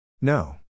No